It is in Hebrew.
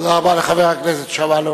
תודה רבה לחברת הכנסת שמאלוב.